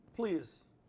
Please